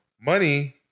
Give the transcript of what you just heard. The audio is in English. Money